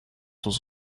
was